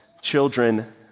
Children